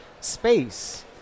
space